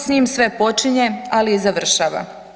S njim sve počinje ali i završava.